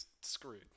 screwed